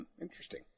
Interesting